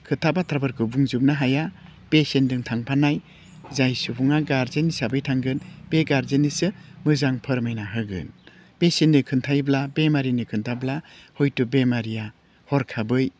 खोथा बाथ्राफोरखौ बुंजोबनो हाया पेसियेन्टजों थांफानाय जाय सुबुङा गारजेन हिसाबै थांगोन बे गारजेननोसो मोजां फोरमायना होगोन पेसियेन्टनो खोन्थायोबा बेमारिनो खोन्थाब्ला हयथ' बेमारिया हरखाबै